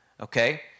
Okay